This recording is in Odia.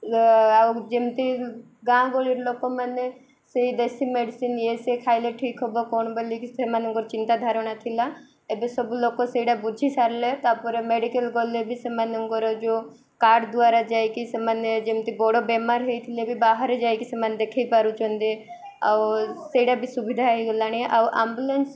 ଆଉ ଯେମିତି ଗାଁ ଗହଳିର ଲୋକମାନେ ସେଇ ଦେଶୀ ମେଡ଼ିସିନ ଇଏ ସି ଖାଇଲେ ଠିକ୍ ହବ କ'ଣ ବୋଲିକି ସେମାନଙ୍କର ଚିନ୍ତାଧାରଣା ଥିଲା ଏବେ ସବୁ ଲୋକ ସେଇଟା ବୁଝି ସାରିଲେ ତା'ପରେ ମେଡ଼ିକାଲ ଗଲେ ବି ସେମାନଙ୍କର ଯେଉଁ କାର୍ଡ଼ ଦ୍ୱାରା ଯାଇକି ସେମାନେ ଯେମିତି ବଡ଼ ବେମାର ହେଇଥିଲେ ବି ବାହାରେ ଯାଇକି ସେମାନେ ଦେଖାଇ ପାରୁଛନ୍ତି ଆଉ ସେଇଟା ବି ସୁବିଧା ହେଇଗଲାଣି ଆଉ ଆମ୍ବୁଲାନ୍ସ